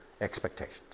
expectations